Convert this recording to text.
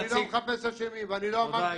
אני לא מחפש אשמים ואני לא אמרתי --- תודה,